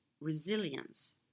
resilience